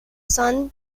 son